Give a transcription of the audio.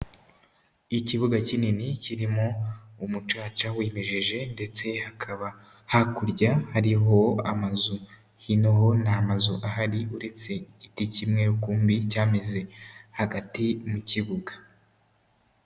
Ikibuga kinini kirimo umucaca wimejije ndetse hakaba hakurya hariho amazu, hino ho nta mazu ahari uretse igiti kimwe rukumbi cyameze hagati mu kibuga.